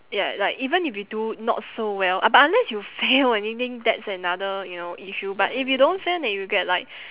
yeah like even if you do not so well uh but unless you fail anything that's another you know issue but if you don't fail and you get like